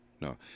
No